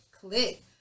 click